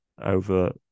over